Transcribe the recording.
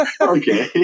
Okay